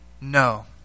no